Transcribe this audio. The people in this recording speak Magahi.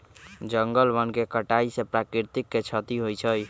जंगल वन के कटाइ से प्राकृतिक के छति होइ छइ